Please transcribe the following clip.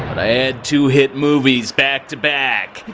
i had two hit movies back to back!